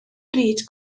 bryd